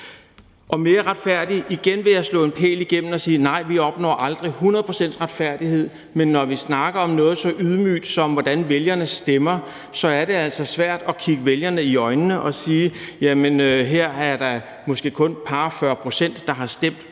mere retfærdig vil jeg igen banke en pæl igennem det og sige, at nej, vi opnår aldrig hundrede procents retfærdighed, men når vi snakker om noget så ydmygt, som hvordan vælgerne stemmer, så er det altså svært at kigge vælgerne i øjnene og sige: Her er der måske kun et par og